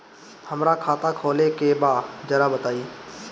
हमरा खाता खोले के बा जरा बताई